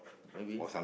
maybe